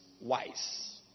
wise